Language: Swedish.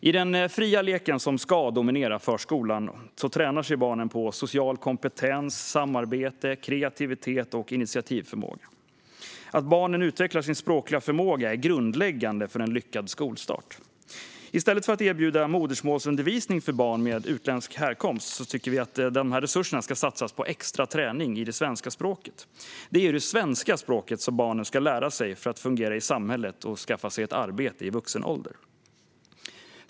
I den fria lek som ska dominera förskolan tränar sig barnen på social kompetens, samarbete, kreativitet och initiativförmåga. Att barnen utvecklar sin språkliga förmåga är grundläggande för en lyckad skolstart. Vi tycker att man i stället för att erbjuda modersmålsundervisning till barn med utländsk härkomst ska satsa dessa resurser på extra träning i svenska språket. Det är ju det svenska språket barnen ska lära sig för att fungera i samhället och kunna skaffa sig ett arbete i vuxen ålder.